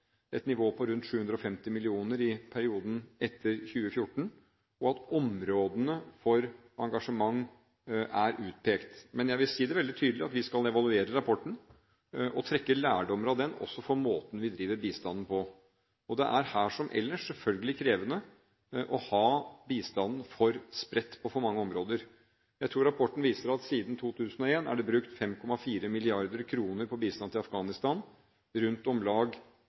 et nivå på rundt 750 mill. kr i perioden etter 2014, og at områdene for engasjement er utpekt. Men jeg vil si det veldig tydelig at vi skal evaluere rapporten og trekke lærdommer av den, også for måten vi driver bistanden på. Det er her, som ellers, selvfølgelig krevende å ha bistanden for spredt på for mange områder. Jeg tror rapporten viser at siden 2001 er det brukt 5,4 mrd. kr på bistand til Afghanistan – om lag